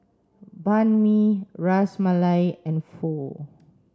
Banh Mi Ras Malai and Pho